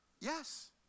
Yes